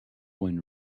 when